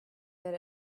that